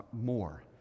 more